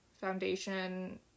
foundation